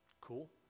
Cool